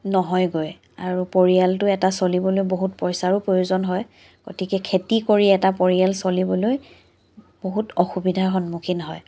নহয়গৈ আৰু পৰিয়ালটো এটা চলিবলৈ বহুত পইচাৰো প্ৰয়োজন হয় গতিকে খেতি কৰি এটা পৰিয়াল চলিবলৈ বহুত অসুবিধাৰ সন্মুখীন হয়